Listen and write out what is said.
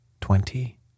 Twenty